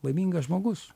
laimingas žmogus